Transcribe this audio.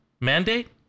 mandate